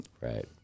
Right